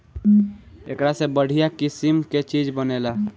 एकरा से बढ़िया किसिम के चीज बनेला